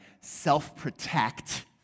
self-protect